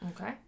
okay